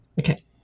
Okay